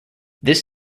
this